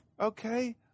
okay